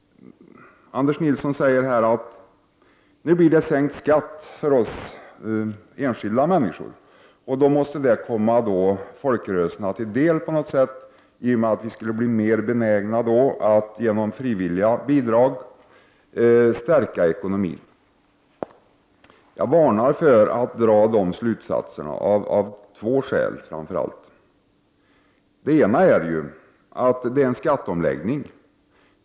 Anders Nilsson säger att skatten kommer att sänkas för oss enskilda människor och att detta på något sätt måste komma folkrörelserna till del, eftersom vi därmed skulle bli mer benägna att genom frivilliga bidrag stärka ekonomin. Jag varnar socialdemokraterna för att dra dessa slutsatser av framför allt två skäl. Det ena skälet är att det är fråga om en skatteomläggning.